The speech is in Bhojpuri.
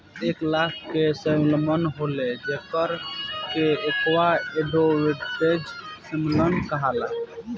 इ एक लेखा के सैल्मन होले जेकरा के एक्वा एडवांटेज सैल्मन कहाला